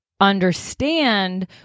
understand